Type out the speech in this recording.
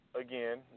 again